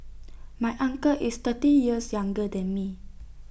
my uncle is thirty years younger than me